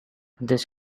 this